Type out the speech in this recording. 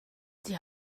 die